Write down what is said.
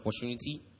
opportunity